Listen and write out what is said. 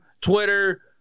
twitter